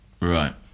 Right